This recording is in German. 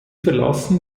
verlassen